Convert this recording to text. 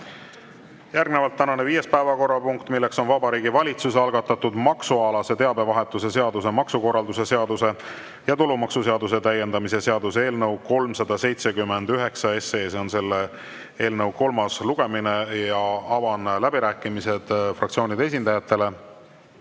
Järgnevalt tänane viies päevakorrapunkt, milleks on Vabariigi Valitsuse algatatud maksualase teabevahetuse seaduse, maksukorralduse seaduse ja tulumaksuseaduse täiendamise seaduse eelnõu 379. See on selle eelnõu kolmas lugemine. Avan läbirääkimised fraktsioonide esindajatele.